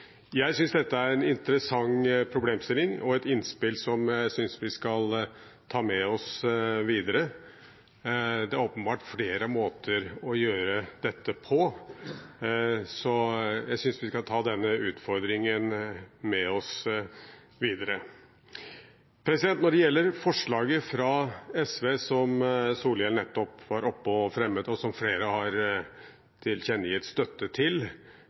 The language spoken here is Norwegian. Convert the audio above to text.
Jeg synes dette er en interessant problemstilling og et innspill som jeg synes vi skal ta med oss videre. Det er åpenbart flere måter å gjøre dette på, så jeg synes vi skal ta denne utfordringen med oss videre. Når det gjelder forslaget fra SV, som Solhjell nettopp var oppe og fremmet, og som flere har tilkjennegitt støtte til